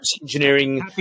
engineering